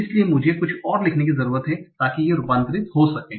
इसलिए मुझे कुछ और लिखने की जरूरत है ताकि ये रूपांतरित हो सकें